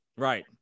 Right